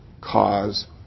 cause